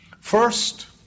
First